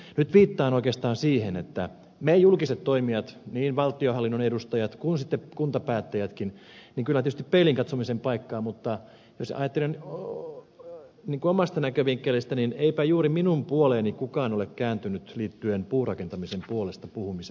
nyt viittaan oikeastaan siihen että meillä julkisilla toimijoilla niin valtionhallinnon edustajilla kuin kuntapäättäjilläkin on kyllä tietysti peiliin katsomisen paikka mutta jos ajattelen omasta näkövinkkelistäni niin eipä juuri minun puoleeni kukaan ole kääntynyt liittyen puurakentamisen puolesta puhumiseen